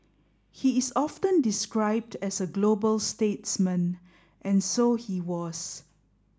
he is often described as a global statesman and so he was